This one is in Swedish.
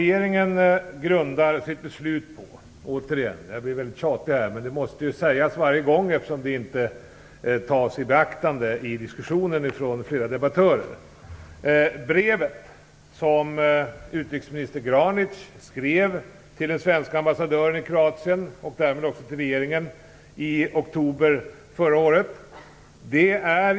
Herr talman! Jag blir väldigt tjatig, men det måste sägas varje gång eftersom det inte tas i beaktande i diskussionen från flera debattörer. Vad regeringen grundar sitt beslut på är brevet som utrikesminister Granic skrev till den svenska ambassadören i Kroatien, och därmed också till regeringen, i oktober förra året.